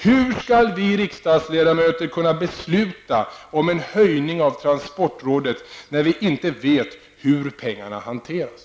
Hur skall vi riksdagsledamöter kunna besluta om en höjning av transportstödet när vi inte vet hur pengarna hanteras?